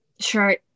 sure